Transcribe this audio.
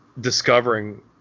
discovering